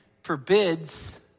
forbids